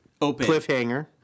cliffhanger